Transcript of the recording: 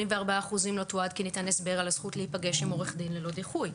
ב-84% לא תועד כי ניתן הסבר על הזכות להיפגש עם עורך דין ללא דיחוי.